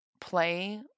play